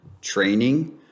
training